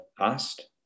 asked